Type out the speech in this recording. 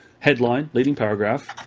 headline, leading paragraph,